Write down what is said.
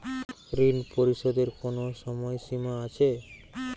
ঋণ পরিশোধের কোনো সময় সীমা আছে?